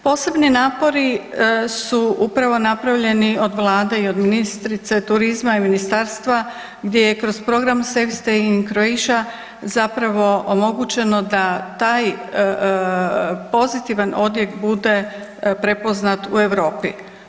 Posebni napori su upravo napravljeni od Vlade i od ministrice turizma i ministarstva gdje je kroz Program … in Croatia zapravo omogućeno da taj pozitivan odjek bude prepoznat u Europi.